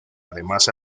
además